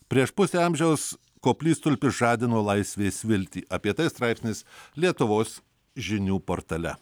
prieš pusę amžiaus koplytstulpis žadino laisvės viltį apie tai straipsnis lietuvos žinių portale